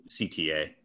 cta